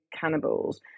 cannibals